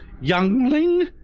youngling